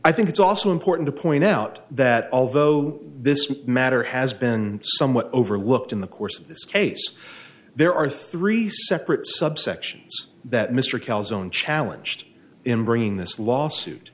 i think it's also important to point out that although this matter has been somewhat overlooked in the course of this case there are three separate subsections that mr calderon challenged in bringing this lawsuit